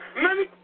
money